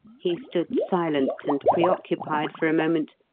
he stood silent and preoccupied for a moment,